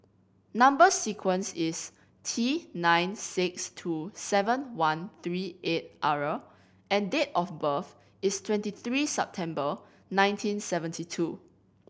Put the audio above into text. number sequence is T nine six two seven one three eight R and date of birth is twenty three September nineteen seventy two